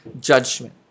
judgment